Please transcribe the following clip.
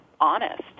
honest